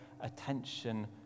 attention